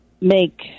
make